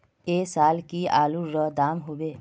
ऐ साल की आलूर र दाम होबे?